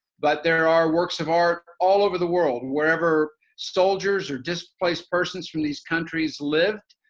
but there are works of art all over the world, wherever soldiers or displaced persons from these countries lived,